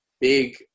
big